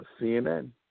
CNN